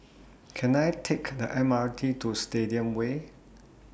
Can I Take M R T to Stadium Way